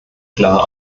klar